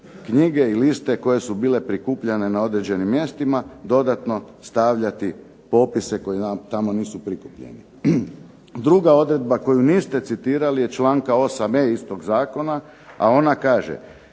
knjige i liste koje su bile prikupljene na određenim mjestima, dodatno stavljati popise koji tamo nisu prikupljeni. Druga odredba koju niste citirali je članka 8.e istog zakona, a ona kaže: